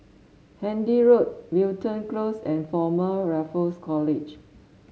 Handy Road Wilton Close and Former Raffles College